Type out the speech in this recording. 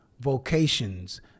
vocations